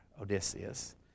Odysseus